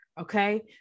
okay